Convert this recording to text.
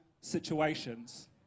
situations